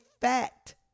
fact